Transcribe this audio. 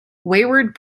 wayward